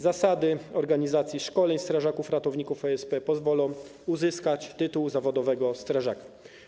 Zasady organizacji szkoleń strażaków ratowników OSP pozwolą uzyskać tytuł zawodowego strażaka.